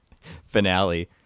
finale